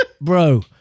Bro